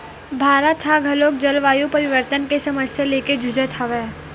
भारत ह घलोक जलवायु परिवर्तन के समस्या लेके जुझत हवय